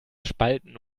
spalten